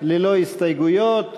ללא הסתייגויות,